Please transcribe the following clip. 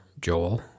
Joel